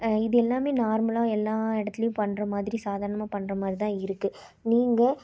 இது எல்லாம் நார்மலாக எல்லா இடத்துலயும் பண்ணுற மாதிரி சாதாரணமாக பண்ணுற மாதிரிதான் இருக்குது நீங்கள்